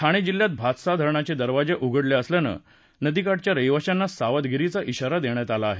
ठाणे जिल्ह्यात भातसा धरणाचे दरवाजे उघडले असल्यानं नदीकाठच्या रहिवाशांना सावधगिरीचा धाारा दिला आहे